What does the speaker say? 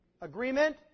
agreement